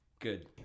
Good